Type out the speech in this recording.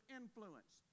influence